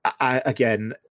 again